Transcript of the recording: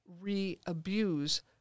re-abuse